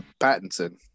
Pattinson